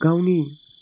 गावनि